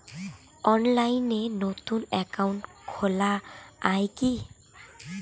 অনলাইনে নতুন একাউন্ট খোলা য়ায় কি?